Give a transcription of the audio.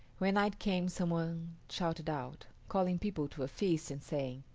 when night came some one shouted out, calling people to a feast and saying,